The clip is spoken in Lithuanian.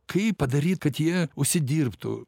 kaip padaryt kad jie užsidirbtų